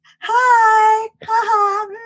hi